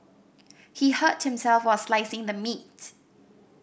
he hurt himself while slicing the meat